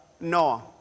Noah